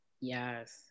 Yes